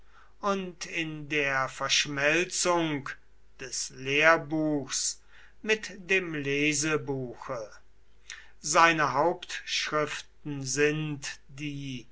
und in der verschmelzung des lehrbuchs mit dem lesebuche seine hauptschriften sind die